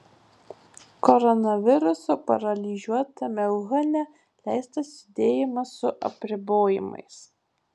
koronaviruso paralyžiuotame uhane leistas judėjimas su apribojimais